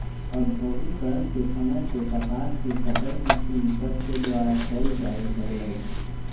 औद्योगिकरण के समय से कपास के कताई मशीन सभके द्वारा कयल जाय लगलई